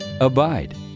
Abide